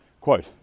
Quote